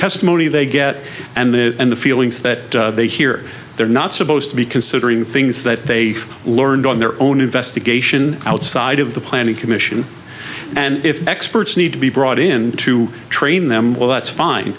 testimony they get and the and the feelings that they hear they're not supposed to be considering things that they learned on their own investigation outside of the planning commission and if experts need to be brought in to train them well that's fine